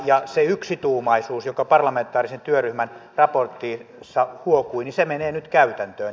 ja se yksituumaisuus joka parlamentaarisen työryhmän raportista huokui menee nyt käytäntöön